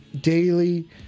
daily